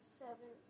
seven